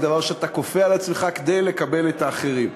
היא דבר שאתה כופה על עצמך כדי לקבל את האחרים.